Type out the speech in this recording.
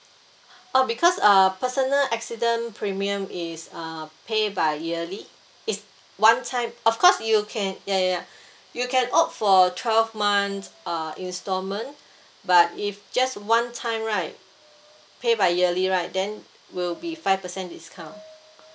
oh because uh personal accident premium is uh pay by yearly it's one time of course you can ya ya ya you can opt for twelve month uh instalment but if just one time right pay by yearly right then will be five percent discount